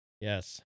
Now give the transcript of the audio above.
Yes